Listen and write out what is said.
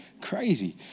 crazy